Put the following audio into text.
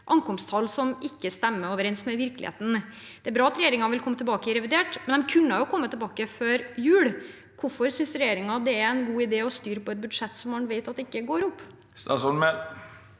ankomsttall som ikke stemmer overens med virkeligheten. Det er bra at regjeringen vil komme tilbake til det i revidert budsjett, men de kunne ha kommet tilbake før jul. Hvorfor synes regjeringen det er en god idé å styre etter et budsjett som man vet at ikke går opp? Statsråd